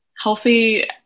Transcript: healthy